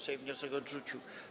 Sejm wniosek odrzucił.